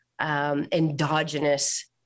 Endogenous